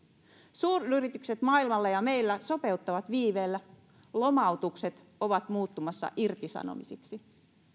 suuryritykset maailmalla ja meillä sopeuttavat viiveellä lomautukset ovat muuttumassa irtisanomisiksi